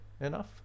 enough